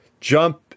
jump